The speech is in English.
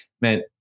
man